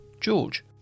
George